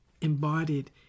embodied